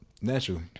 Naturally